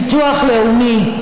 ביטוח לאומי,